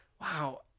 wow